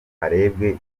harebwe